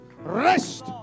rest